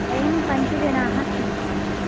वयं पञ्चजनाः स्मः